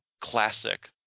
classic